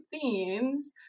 themes